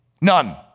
None